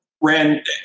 Rand